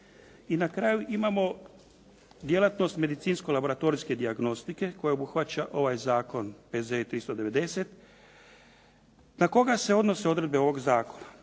I na kraju imamo djelatnost medicinsko laboratorijske dijagnostike koja obuhvaća ovaj zakon P.Z.E 390 na koga se odnose odredbe ovoga zakona.